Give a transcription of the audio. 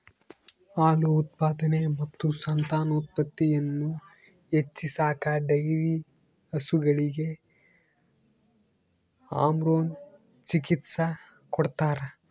ಹಾಲು ಉತ್ಪಾದನೆ ಮತ್ತು ಸಂತಾನೋತ್ಪತ್ತಿಯನ್ನು ಹೆಚ್ಚಿಸಾಕ ಡೈರಿ ಹಸುಗಳಿಗೆ ಹಾರ್ಮೋನ್ ಚಿಕಿತ್ಸ ಕೊಡ್ತಾರ